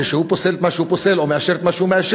כשהוא פוסל את מה שהוא פוסל או מאשר את מה שהוא מאשר,